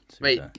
Wait